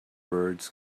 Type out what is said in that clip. birds